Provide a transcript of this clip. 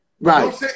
Right